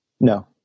No